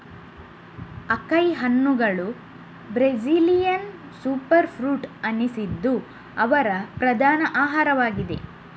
acai ಹಣ್ಣುಗಳು Brazilian super fruit ಅನಿಸಿದ್ದು ಅವರ ಪ್ರಧಾನ ಆಹಾರವಾಗಿದೆ